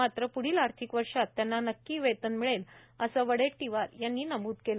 मात्र प्ढील आर्थिक वर्षात त्यांना नक्की वेतन मिळेल असं वडेट्टीवार यांनी नमूद केलं